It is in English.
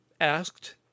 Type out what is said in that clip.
asked